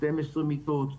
12 מיטות,